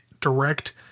direct